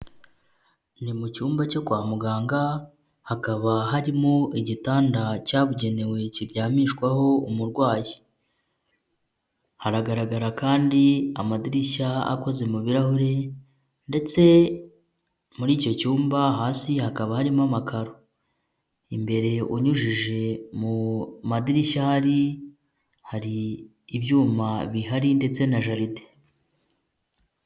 Ni mu cyumba cyo kwa muganga, hakaba harimo igitanda cyabugenewe kiryamishwaho umurwayi, haragaragara kandi amadirishya akoze mu birarahure ndetse muri icyo cyumba hasi hakaba harimo amakaro, imbere unyujije mu madirishya ahari, hari ibyuma bihari ndetse na jaride.